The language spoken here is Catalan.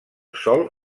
sol